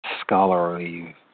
scholarly